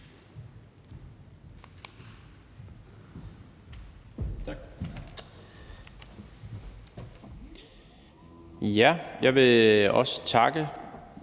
Tak. Jeg vil også takke